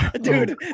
dude